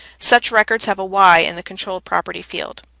such records have a y in the controlled property field.